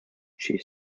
she